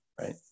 right